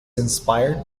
inspired